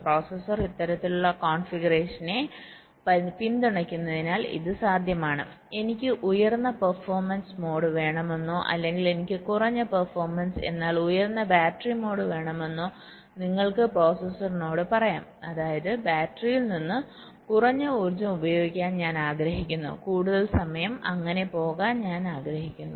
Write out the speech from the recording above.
processor ഇത്തരത്തിലുള്ള കോൺഫിഗറേഷനെപിന്തുണയ്ക്കുന്നതിനാൽ ഇത് സാധ്യമാണ് എനിക്ക് ഉയർന്ന പെർഫോമൻസ് മോഡ് വേണമെന്നോ അല്ലെങ്കിൽ എനിക്ക് കുറഞ്ഞ പെർഫോമൻസ് എന്നാൽ ഉയർന്ന ബാറ്ററി മോഡ് വേണമെന്നോ നിങ്ങൾക്ക് പ്രോസസറോട് പറയാം അതായത് ബാറ്ററിയിൽ നിന്ന് കുറഞ്ഞ ഊർജ്ജം ഉപയോഗിക്കാൻ ഞാൻ ആഗ്രഹിക്കുന്നു കൂടുതൽ സമയം അങ്ങനെ പോകാൻ ഞാൻ ആഗ്രഹിക്കുന്നു